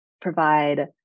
provide